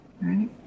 Right